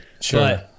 Sure